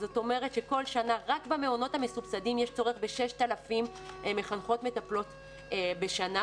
רק במעונות המסובסדים יש צורך ב-6,000 מחנכות מטפלות בשנה.